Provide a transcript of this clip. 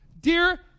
Dear